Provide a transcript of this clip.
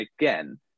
again